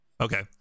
okay